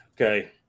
Okay